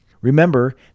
Remember